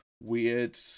weird